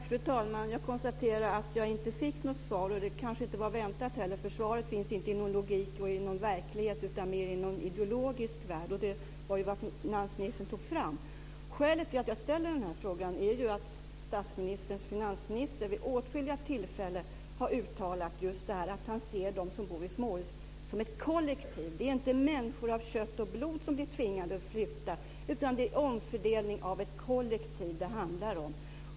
Fru talman! Jag konstaterar att jag inte fick något svar. Det kanske inte var väntat heller, för svaret finns inte i någon logik eller verklighet utan mera i någon ideologisk värld. Det var också vad statsministern tog fram. Skälet till att jag ställer den här frågan är att statsministerns finansminister vid åtskilliga tillfällen har uttalat just att han ser dem som bor i småhus som ett kollektiv. Det är inte människor av kött och blod som blir tvingade att flytta, utan det är omfördelning av ett kollektiv det handlar om.